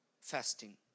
fasting